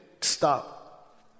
stop